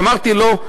ואמרתי לו: